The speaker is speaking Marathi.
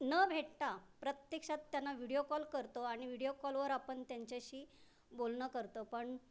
न भेटता प्रत्यक्षात त्यांना व्हिडीओ कॉल करतो आणि व्हिडीओ कॉलवर आपण त्यांच्याशी बोलणं करतो पण